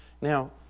Now